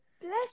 Bless